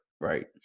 right